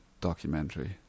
documentary